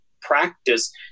practice